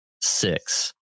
six